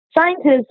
Scientists